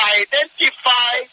identify